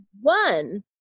one